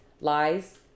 Lies